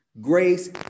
Grace